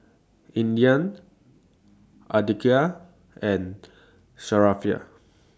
Indah Andika and Sharifah